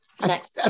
next